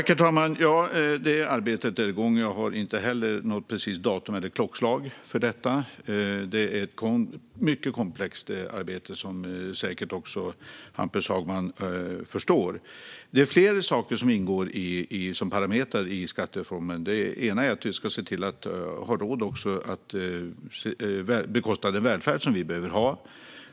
Herr talman! Arbetet är igång. Jag har inte heller något precist datum eller klockslag för detta. Det är ett mycket komplext arbete, vilket säkert också Hampus Hagman förstår. Det är flera saker som ingår som parametrar i skattereformen. Vi ska se till att ha råd att bekosta den välfärd som vi behöver ha.